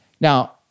Now